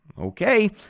Okay